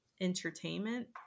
entertainment